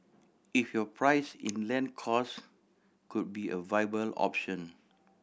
if your price in land cost could be a viable option